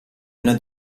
uno